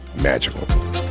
magical